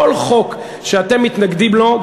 כל חוק שאתם מתנגדים לו,